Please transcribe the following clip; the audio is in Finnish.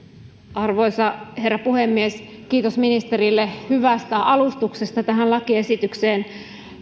arvoisa herra puhemies kiitos ministerille hyvästä alustuksesta tähän lakiesitykseen